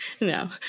no